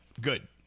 Good